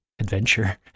adventure